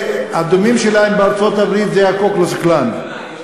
הדומים להם בארצות-הברית זה ה"קו קלוקס קלאן".